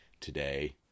Today